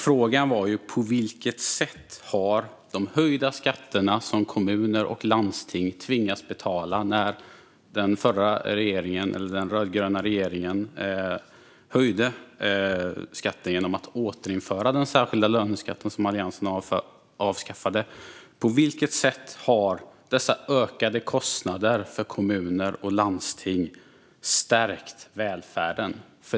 Frågan var på vilket sätt de höjda skatter som kommuner och landsting tvingades betala när den rödgröna regeringen återinförde den särskilda löneskatt som Alliansen avskaffade har stärkt välfärden.